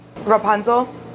Rapunzel